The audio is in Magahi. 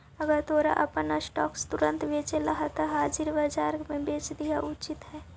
अगर तोरा अपन स्टॉक्स तुरंत बेचेला हवऽ त हाजिर बाजार में बेच देना उचित हइ